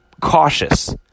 cautious